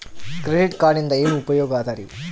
Credit ಕಾರ್ಡಿನಿಂದ ಏನು ಉಪಯೋಗದರಿ?